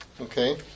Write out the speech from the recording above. Okay